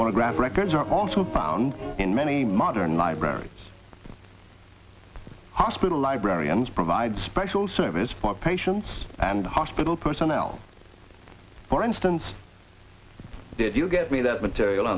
a graph records are also found in many modern libraries hospital librarians provide special services for patients and hospital personnel for instance did you get me that material